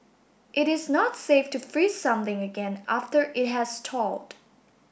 it is not safe to freeze something again after it has thawed